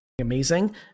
Amazing